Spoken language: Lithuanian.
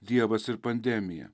dievas ir pandemija